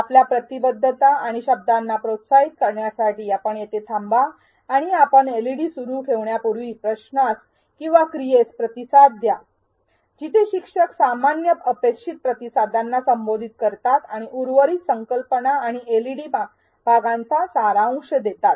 आपल्या प्रतिबद्धता आणि शब्दांना प्रोत्साहित करण्यासाठी आपण येथे थांबा आणि आपण एलईडी सुरू ठेवण्यापूर्वी प्रश्नास किंवा क्रियेस प्रतिसाद द्या जिथे शिक्षक सामान्य अपेक्षित प्रतिसादांना संबोधित करतात आणि उर्वरित संकल्पना आणि एलईडी भागांचा सारांश देतात